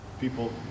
people